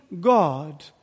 God